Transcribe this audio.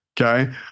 okay